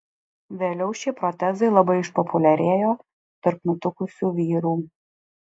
vėliau šie protezai labai išpopuliarėjo tarp nutukusių vyrų